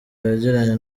yagiranye